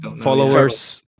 followers